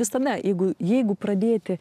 visame jeigu jeigu pradėti